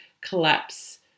collapse